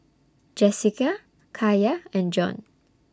Jessika Kaiya and Jon